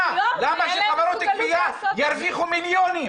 למה שחברות הגבייה ירוויחו מיליונים?